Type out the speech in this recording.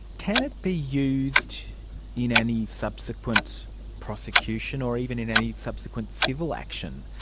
can it be used in any subsequent prosecution or even in any subsequent civil action?